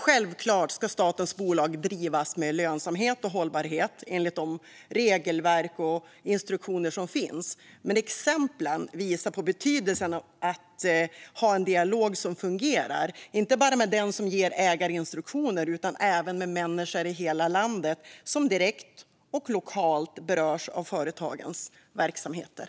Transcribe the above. Självklart ska statens bolag drivas med lönsamhet och hållbarhet enligt de regelverk och instruktioner som finns. Men exemplen visar på betydelsen av att ha en dialog som fungerar, inte bara med dem som ger ägarinstruktioner utan även med människor i hela landet som direkt och lokalt berörs av företagens verksamheter.